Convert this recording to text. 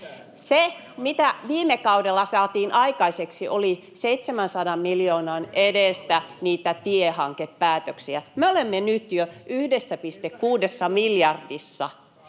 Se, mitä viime kaudella saatiin aikaiseksi, oli 700 miljoonan edestä niitä tiehankepäätöksiä. Me olemme nyt jo 1,6 miljardissa,